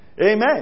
Amen